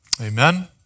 Amen